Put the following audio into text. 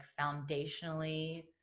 foundationally